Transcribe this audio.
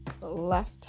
left